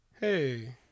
hey